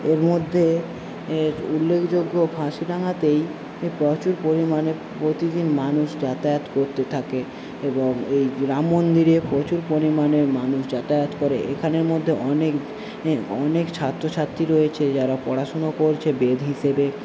এর মধ্যে এর উল্লখযোগ্য ফাঁসিডাঙ্গাতেই প্রচুর পরিমাণে প্রতিদিন মানুষ যাতায়াত করতে থাকে এবং এই রাম মন্দিরে প্রচুর পরিমাণে মানুষ যাতায়াত করে এখানের মধ্যে অনেক অনেক ছাত্রছাত্রী রয়েছে যারা পড়াশোনা করছে বেদ হিসেবে